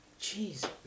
Jeez